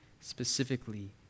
specifically